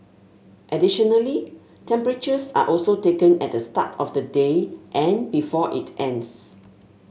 additionally temperatures are also taken at the start of the day and before it ends